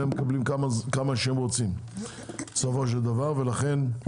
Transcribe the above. הם מקבלים כמה שהם רוצים בסופו של דבר ולכן,